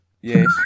Yes